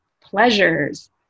pleasures